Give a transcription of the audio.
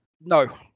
No